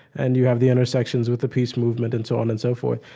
and you have the intersections with peace movement and so on and so forth.